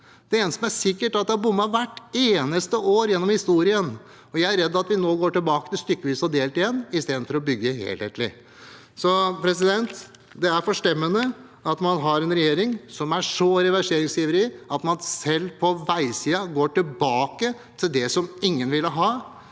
Det eneste som er sikkert, er at man har bommet hvert eneste år gjennom historien, og jeg er redd for at vi nå går tilbake til stykkevis og delt igjen istedenfor å bygge helhetlig. Det er forstemmende at man har en regjering som er så reverseringsivrige at de selv på veisiden går tilbake til det som ingen vil ha,